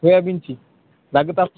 सोयाबीनची लागत असली तर